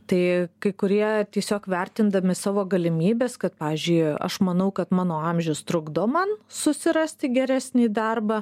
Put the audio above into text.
tai kai kurie tiesiog vertindami savo galimybes kad pavyzdžiui aš manau kad mano amžius trukdo man susirasti geresnį darbą